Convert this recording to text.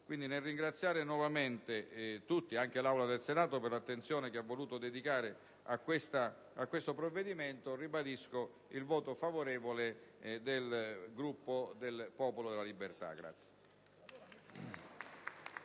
Quindi, nel ringraziare nuovamente tutti, anche l'Assemblea del Senato per l'attenzione che ha voluto dedicare a questo provvedimento, ribadisco il voto favorevole del Gruppo del Popolo della Libertà.